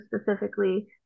specifically